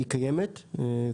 קיימת,